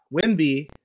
Wimby